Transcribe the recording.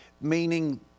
meaning